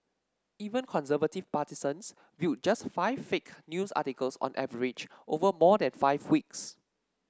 even conservative partisans viewed just five fake news articles on average over more than five weeks